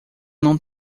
não